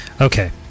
Okay